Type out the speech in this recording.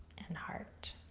and heart.